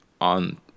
on